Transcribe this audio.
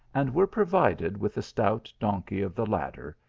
and were provided with the stout donkey of the latter,